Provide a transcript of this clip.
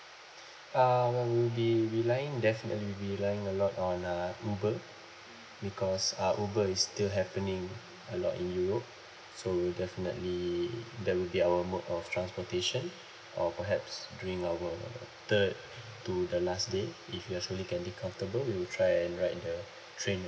um well we'll be relying definitely we'll be relying a lot on uh uber because uh uber is still happening a lot in europe so we'll definitely that will be our mode of transportation or perhaps doing our third to the last day if we are slowly getting comfortable we will try and ride the train